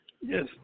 Yes